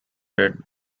red